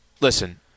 Listen